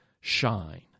shine